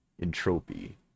entropy